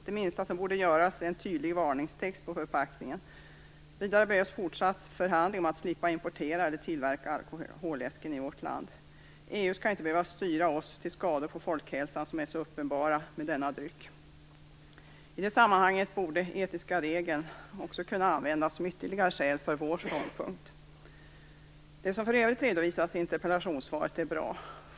Det minsta som borde göras är att placera en tydlig varningstext på förpackningen. Vidare behövs fortsatt förhandling om att slippa importera eller tillverka alkoläsken i vårt land. Vi skall inte behöva styras av EU till de skador på folkhälsan som är så uppenbara med denna dryck. I det sammanhanget borde de etiska reglerna också kunna användas som ytterligare skäl för vår ståndpunkt. Det som för övrigt redovisas i interpellationssvaret är bra.